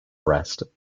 arrest